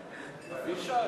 2013,